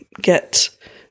get